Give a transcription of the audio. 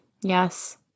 Yes